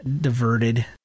diverted